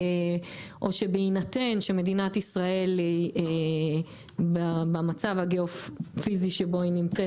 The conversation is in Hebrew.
או שבהינתן שמדינת ישראל במצב הגיאופיזי שבו היא נמצאת